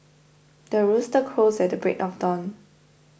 the rooster crows at the break of dawn